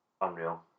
unreal